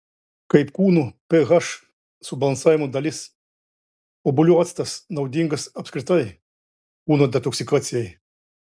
kaip kūno ph subalansavimo dalis obuolių actas naudingas apskritai kūno detoksikacijai